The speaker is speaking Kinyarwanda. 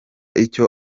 icyo